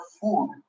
food